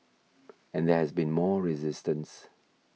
and there has been more resistance